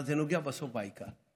אבל זה נוגע בסוף בעיקר.